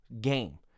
game